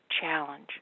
challenge